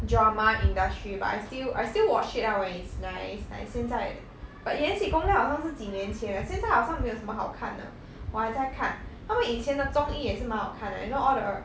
drama industry but I still I still watch it ah when it's nice like 现在 but 延禧攻略好像是几年的现在好像没有什么好看的我还在看他们以前的综艺也是蛮好的 leh you know all the